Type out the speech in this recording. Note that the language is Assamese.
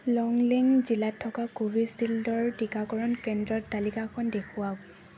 লংলেং জিলাত থকা কোভিশ্বিল্ডৰ টীকাকৰণ কেন্দ্ৰৰ তালিকাখন দেখুৱাওক